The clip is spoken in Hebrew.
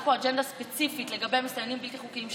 יש פה אג'נדה ספציפית לגבי מסתננים בלתי חוקיים,